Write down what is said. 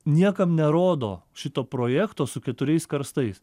niekam nerodo šito projekto su keturiais karstais